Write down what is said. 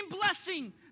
blessing